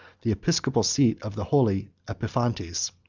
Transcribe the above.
the episcopal seat of the holy epiphanites.